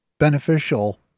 beneficial